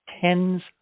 tens